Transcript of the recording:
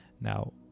Now